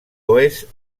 oest